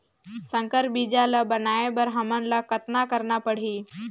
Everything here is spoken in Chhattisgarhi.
संकर बीजा ल बनाय बर हमन ल कतना करना परही?